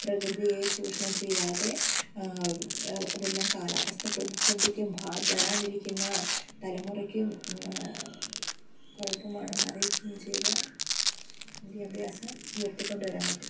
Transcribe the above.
പ്രകൃതിയെ ചൂഷണം ചെയ്യാതെ അതെല്ലാം കാലാവസ്ഥ പ്രതിസന്ധിക്കും വരാനിരിക്കുന്ന തലമുറയ്ക്കും കുഴപ്പമാണെന്ന് അറിയിക്കുകയും ചെയ്താൽ വിദ്യാഭ്യാസം ഉയർത്തിക്കൊണ്ട് വരാൻ പറ്റും